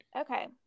Okay